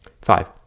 Five